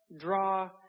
draw